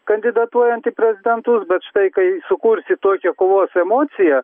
kandidatuojant į prezidentus bet štai kai sukursi tokią kovos emociją